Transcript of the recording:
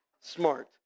Smart